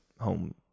home